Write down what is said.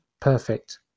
perfect